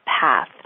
path